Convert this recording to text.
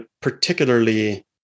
particularly